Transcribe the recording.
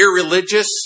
irreligious